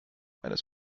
eines